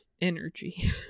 energy